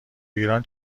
ایران